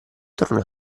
tornò